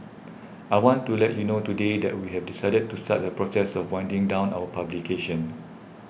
I want to let you know today that we have decided to start the process of winding down our publication